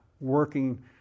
working